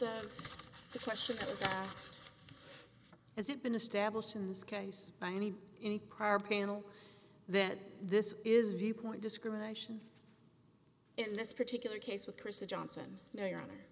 of the question was asked has it been established in this case by any any prior panel that this is viewpoint discrimination in this particular case with chrissy johnson no your honor